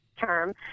term